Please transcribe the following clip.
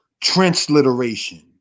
transliteration